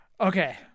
Okay